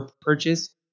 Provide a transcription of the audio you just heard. purchase